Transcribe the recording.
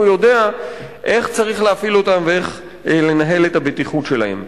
הוא יודע איך צריך להפעיל אותן ואיך לנהל את הבטיחות שלהן.